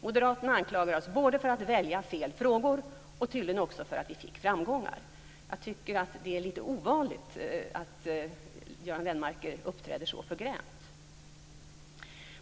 Moderaterna anklagar oss för att välja fel frågor och tydligen också för att vi fick framgångar. Jag tycker att det är litet ovanligt att Göran Lennmarker uppträder så förgrämt.